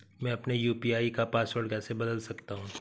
मैं अपने यू.पी.आई का पासवर्ड कैसे बदल सकता हूँ?